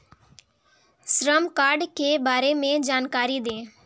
श्रम कार्ड के बारे में जानकारी दें?